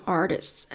artists